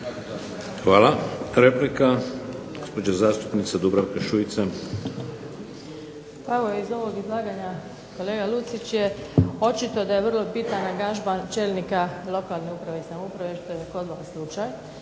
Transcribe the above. Hvala. Replika, gospođa zastupnica Dubravka Šuica. **Šuica, Dubravka (HDZ)** Pa evo iz ovog izlaganja kolega Lucić je očito da je vrlo bitan angažman čelnika lokalne uprave i samouprave što je kod vas slučaj.